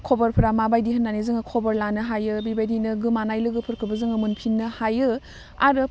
खबरफ्रा माबायदि होन्नानै जोङो खबर लानो हायो बिबायदिनो गोमानाय लोगोफोरखौबो जोङो मोनफिननो हायो आरो